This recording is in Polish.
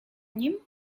nim